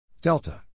Delta